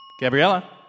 Gabriella